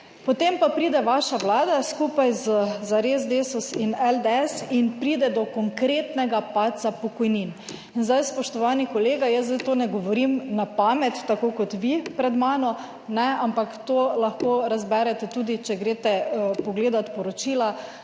potem pa pride vaša Vlada skupaj z Zares, Desus in LDS in pride do konkretnega padca pokojnin. Zdaj, spoštovani kolega, jaz zdaj to ne govorim na pamet, tako kot vi pred mano, ampak to lahko razberete tudi, če greste pogledati poročila